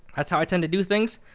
that's how i tend to do things.